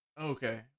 Okay